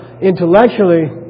intellectually